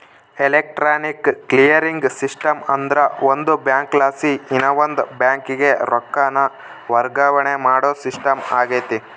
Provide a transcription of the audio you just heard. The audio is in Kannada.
ಎಲೆಕ್ಟ್ರಾನಿಕ್ ಕ್ಲಿಯರಿಂಗ್ ಸಿಸ್ಟಮ್ ಅಂದ್ರ ಒಂದು ಬ್ಯಾಂಕಲಾಸಿ ಇನವಂದ್ ಬ್ಯಾಂಕಿಗೆ ರೊಕ್ಕಾನ ವರ್ಗಾವಣೆ ಮಾಡೋ ಸಿಸ್ಟಮ್ ಆಗೆತೆ